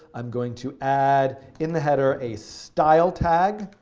i'm going to add in the header a style tag.